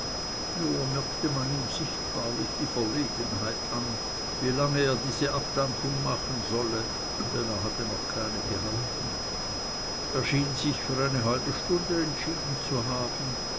nur merkte man ihm sichtbarlich die verlegenheit an wie lange er diese abdankung machen sollte denn er hatte noch keine gehalten er schien sich für eine halbe stunde entschieden zu haben